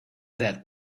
that